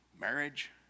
Marriage